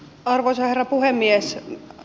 arvoisa herra puhemies